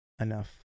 enough